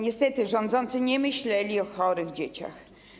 Niestety rządzący nie myśleli o chorych dzieciach.